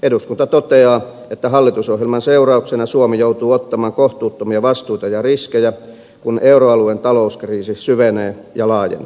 eduskunta toteaa että hallitusohjelman seurauksena suomi joutuu ottamaan kohtuuttomia vastuita ja riskejä kun euroalueen talouskriisi syvenee ja laajenee